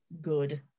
good